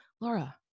Laura